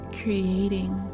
creating